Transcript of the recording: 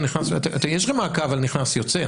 יש לכם מעקב על נכנס/יוצא,